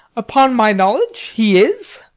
upon my knowledge, he is,